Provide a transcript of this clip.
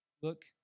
Look